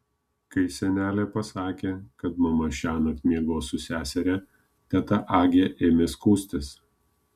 kai senelė pasakė kad mama šiąnakt miegos su seseria teta agė ėmė skųstis